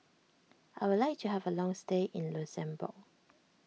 I would like to have a long stay in Luxembourg